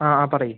ആ ആ പറയൂ